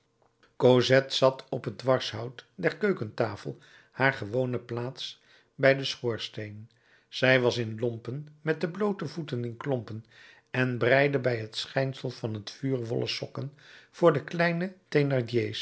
cosette zat op het dwarshout der keukentafel haar gewone plaats bij den schoorsteen zij was in lompen met de bloote voeten in klompen en breide bij het schijnsel van het vuur wollen kousen voor de kleine